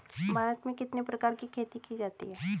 भारत में कितने प्रकार की खेती की जाती हैं?